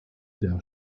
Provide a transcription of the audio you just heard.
der